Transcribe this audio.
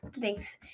thanks